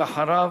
אחריו,